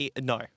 No